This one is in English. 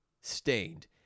stained